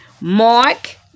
Mark